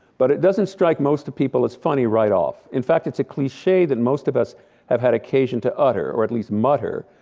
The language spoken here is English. but it doesn't strike most people as funny right off. in fact it's a cliche that most of us have had occasion to utter or at least mutter.